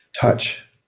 touch